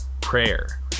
prayer